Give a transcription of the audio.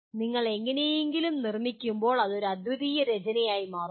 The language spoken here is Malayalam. നിങ്ങൾ എങ്ങനെയെങ്കിലും നിർമ്മിക്കുമ്പോൾ അത് ഒരു അദ്വിതീയ രചനയായി മാറുന്നു